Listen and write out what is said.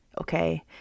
Okay